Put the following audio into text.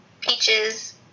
peaches